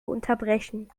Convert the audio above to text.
unterbrechen